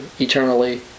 eternally